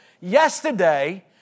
Yesterday